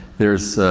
there's a,